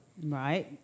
Right